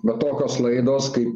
va tokios laidos kaip